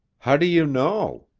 how do you know?